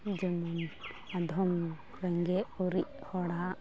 ᱡᱮᱢᱚᱱ ᱟᱫᱷᱚᱢ ᱨᱮᱸᱜᱮᱡ ᱩᱨᱤᱡ ᱦᱚᱲᱟᱜ